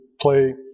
play